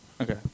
okay